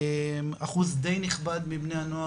אחוז די נכבד מבני הנוער,